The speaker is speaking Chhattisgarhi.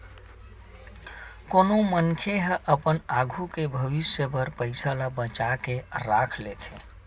कोनो मनखे ह अपन आघू के भविस्य बर पइसा ल बचा के राख लेथे